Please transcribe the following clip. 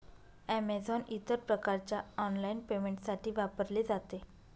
Amazon इतर प्रकारच्या online पेमेंटसाठी वापरले जाते